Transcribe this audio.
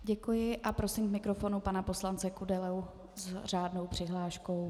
Děkuji a prosím k mikrofonu pana poslance Kudelu s řádnou přihláškou.